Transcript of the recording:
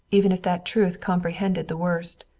even if that truth comprehended the worst.